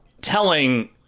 telling